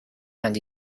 and